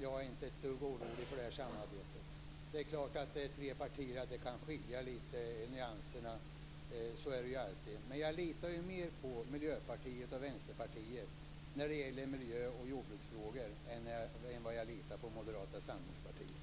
Jag är inte ett dugg orolig för det här samarbetet. Det är klart att det är tre partier och att det kan skilja lite i nyanserna. Så är det ju alltid. Men jag litar mer på Miljöpartiet och Vänsterpartiet när det gäller miljö och jordbruksfrågor än vad jag litar på Moderata samlingspartiet.